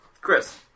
Chris